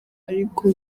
ariko